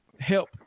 help